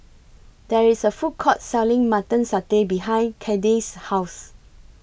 There IS A Food Court Selling Mutton Satay behind Kade's House